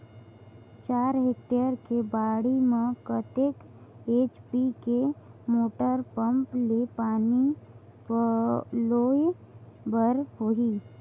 चार हेक्टेयर के बाड़ी म कतेक एच.पी के मोटर पम्म ले पानी पलोय बर होही?